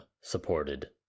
supported